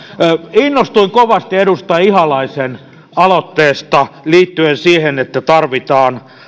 innostuin kovasti edustaja ihalaisen aloitteesta liittyen siihen että tarvitaan